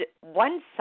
one